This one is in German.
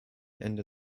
ende